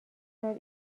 سال